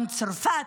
גם צרפת,